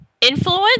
Influence